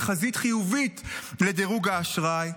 תחזית חיובית לדירוג האשראי,